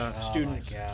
students